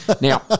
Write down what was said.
Now